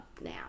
now